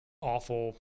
awful